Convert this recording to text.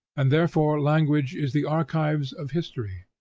and therefore language is the archives of history,